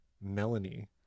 melanie